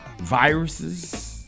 viruses